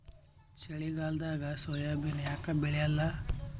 ಚಳಿಗಾಲದಾಗ ಸೋಯಾಬಿನ ಯಾಕ ಬೆಳ್ಯಾಲ?